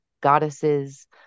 goddesses